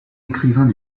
écrivains